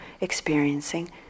experiencing